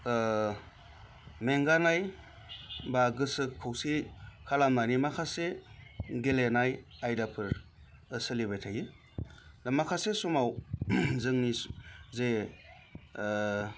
मेंगानाय बा गोसो खौसेयै खालामनायनि माखासे गेलेनाय आयदाफोर सोलिबाय थायो दा माखासे सामाव जोंनि जे